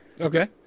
Okay